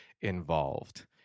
involved